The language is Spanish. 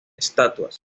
estatuas